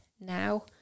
now